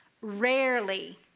rarely